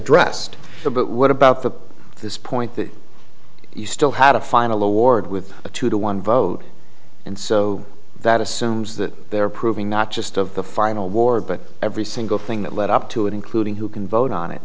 addressed the but what about that at this point that you still had a final award with a two to one vote and so that assumes that they're proving not just of the final war but every single thing that led up to it including who can vote on it